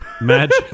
Magic